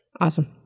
Awesome